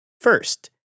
First